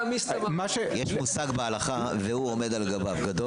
יש מושג בהלכה: "והוא עומד על גביו" גדול